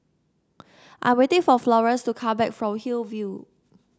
I'm waiting for Florence to come back from Hillview